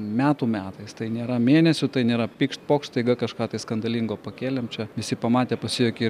metų metais tai nėra mėnesių tai nėra pykšt pokšt staiga kažką tai skandalingo pakėlėm čia visi pamatė pasijuokė